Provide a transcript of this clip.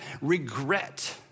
regret